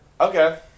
Okay